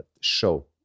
show